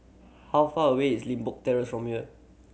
how far away is Limbok Terrace from here